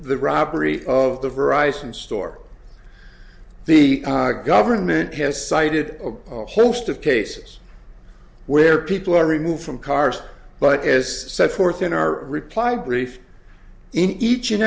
the robbery of the verisign store the government has cited a host of cases where people are removed from cars but as set forth in our reply brief in each and